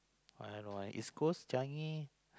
I don't know East-Coast Changi